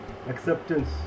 Acceptance